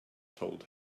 told